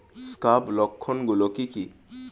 Scab লক্ষণ গুলো কি কি?